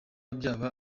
byaba